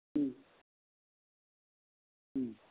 ம் ம்